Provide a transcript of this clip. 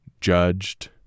judged